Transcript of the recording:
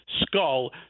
skull